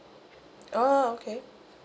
oh okay